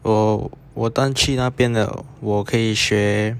我我搬去那边了我可以学